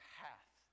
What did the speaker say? path